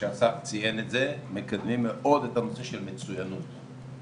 הנושא של מצויינות.